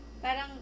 parang